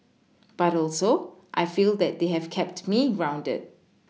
but also I feel that they have kept me grounded